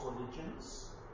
religions